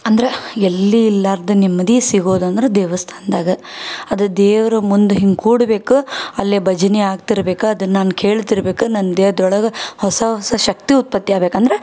ಅಂದ್ರೆ ಎಲ್ಲಿ ಇಲ್ಲಾರ್ದ ನೆಮ್ಮದಿ ಸಿಗೋದು ಅಂದ್ರೆ ದೇವಸ್ಥಾನ್ದಾಗ ಅದು ದೇವರ ಮುಂದೆ ಹೀಗ್ ಕೂಡ್ಬೇಕು ಅಲ್ಲಿಯೇ ಭಜನೆ ಆಗ್ತಿರ್ಬೇಕು ಅದು ನಾನು ಕೇಳ್ತಿರ್ಬೆಕು ನನ್ನ ದೇಹದೊಳಗೆ ಹೊಸ ಹೊಸ ಶಕ್ತಿ ಉತ್ಪತ್ತಿ ಆಗ್ಬೇಕು ಅಂದ್ರೆ